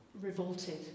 revolted